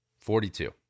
Forty-two